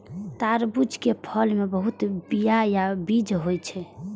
तरबूज के फल मे बहुत बीया या बीज होइ छै